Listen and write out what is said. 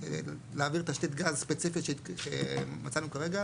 האם להעביר תשתית גז שמצאנו כרגע,